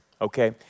okay